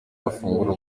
bafungura